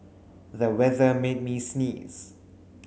the weather made me sneeze